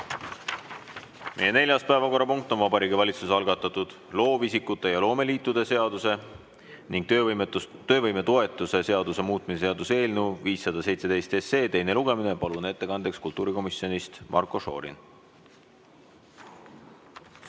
Meie neljas päevakorrapunkt on Vabariigi Valitsuse algatatud loovisikute ja loomeliitude seaduse ning töövõimetoetuse seaduse muutmise seaduse eelnõu 517 teine lugemine. Palun ettekandjaks kultuurikomisjonist Marko Šorini.